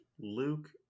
Luke